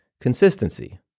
consistency